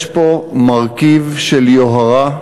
יש פה מרכיב של יוהרה,